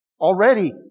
Already